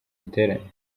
giterane